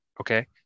Okay